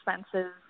expenses